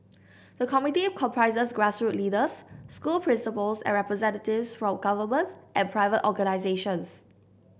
the committee comprises grassroots leaders school principals and representatives from government and private organisations